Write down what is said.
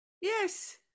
Yes